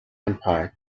empire